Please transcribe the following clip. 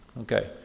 Okay